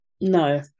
No